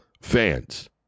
fans